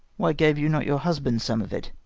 why gave you not your husband some of it,